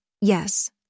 yes